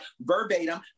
verbatim